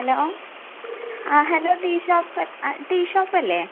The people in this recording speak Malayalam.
ഹലോ ആ ഹലോ ടീ ഷോപ്പ് ആ ടീ ഷോപ്പ് അല്ലേ